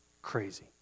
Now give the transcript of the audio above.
crazy